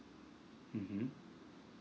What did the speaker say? mmhmm